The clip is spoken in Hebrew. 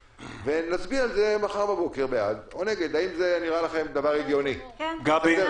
ונצביע על זה מחר בבוקר בעד או נגד.